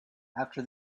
after